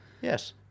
Yes